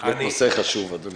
זה באמת נושא חשוב, אדוני.